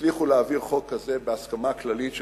שהצליחו להעביר חוק כזה בהסכמה כללית של